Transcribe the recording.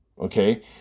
Okay